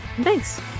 Thanks